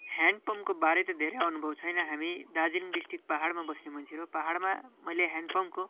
ह्यान्डपम्पको बारे त धेरै अनुभव छैन हामी दार्जिलिङ डिस्ट्रिक्ट पाहाडमा बस्ने मान्छेहरू पहाडमा मैले ह्यान्डपम्पको